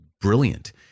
brilliant